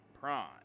Prime